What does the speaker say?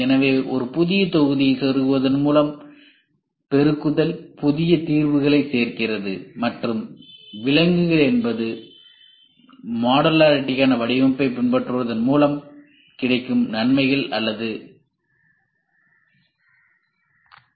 எனவே ஒரு புதிய தொகுதியை சொருகுவதன் மூலம் பெருக்குதல் புதிய தீர்வுகளைச் சேர்க்கிறது மற்றும் விலக்குகள் என்பது மாடுலாரிடிகான வடிவமைப்பைப் பின்பற்றுவதன் மூலம் கிடைக்கும் நன்மைகள் அல்லது நன்மைகள்